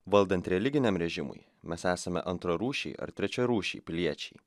valdant religiniam režimui mes esame antrarūšiai ar trečiarūšiai piliečiai